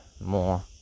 more